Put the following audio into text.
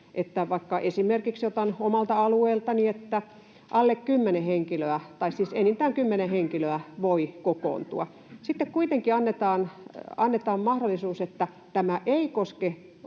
esimerkin omalta alueeltani — että enintään kymmenen henkilöä voi kokoontua. Sitten kuitenkin annetaan mahdollisuus, että tämä ei koske